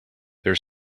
there